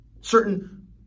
Certain